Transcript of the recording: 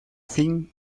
fin